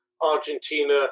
Argentina